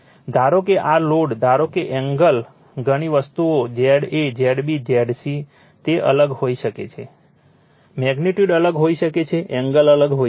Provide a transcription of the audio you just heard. ધારો કે આ લોડ ધારો કે એંગલ્સ ઘણી વસ્તુઓ છે Z a Z b Z c તે અલગ હોઈ શકે છે મેગ્નિટ્યુડ અલગ હોઈ શકે છે એંગલ અલગ હોઈ શકે છે